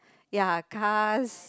ya cars